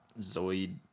Zoid